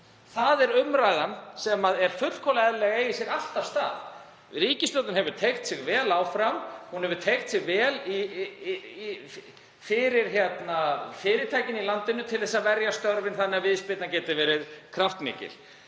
Það er umræðan sem er fullkomlega eðlilegt að eigi sér alltaf stað. Ríkisstjórnin hefur teygt sig vel áfram. Hún hefur teygt sig vel yfir fyrirtækin í landinu til að verja störfin þannig að viðspyrnan geti verið kraftmikil.